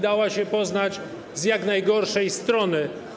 Dała się poznać z jak najgorszej strony.